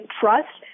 trust